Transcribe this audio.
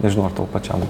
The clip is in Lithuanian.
nežinau ar tau pačiam